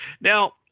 now